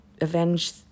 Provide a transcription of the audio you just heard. avenge